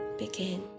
begin